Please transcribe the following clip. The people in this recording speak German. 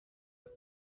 dass